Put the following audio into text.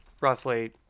roughly